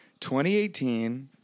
2018